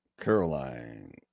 Caroline